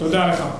תודה לך.